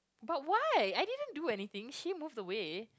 but why I didn't do anything she moved away